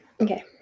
okay